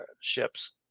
ships